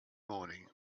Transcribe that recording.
morning